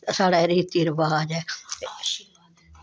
साढ़ा एह् रीति रवाज ऐ